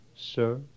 Sir